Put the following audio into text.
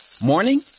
Morning